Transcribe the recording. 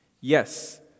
Yes